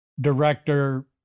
director